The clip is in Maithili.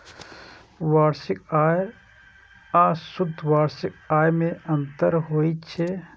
वार्षिक आय आ शुद्ध वार्षिक आय मे अंतर होइ छै